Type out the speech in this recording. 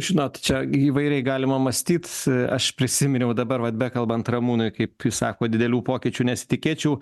žinot čia įvairiai galima mąstyt aš prisiminiau dabar vat bekalbant ramūnui kaip jūs sakot didelių pokyčių nesitikėčiau